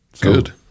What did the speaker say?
Good